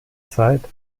zeit